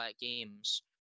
games